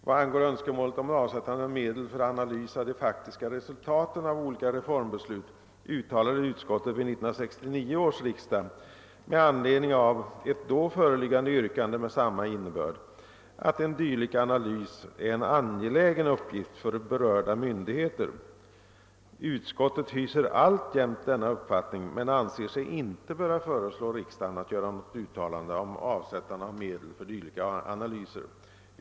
Vad angår önskemålet om avsättande av medel för analys av de faktiska resultaten av olika reformbeslut, uttalade utskottet vid 1969 års riksdag, med anledning av ett då föreliggande yrkande med samma innebörd, att en dylik analys är en angelägen uppgift för berörda myndigheter. Utskottet hyser alltjämt denna uppfattning men anser sig inte böra föreslå riksdagen att göra något uttalande om avsättande av medel för dylika analyser.